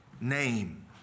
name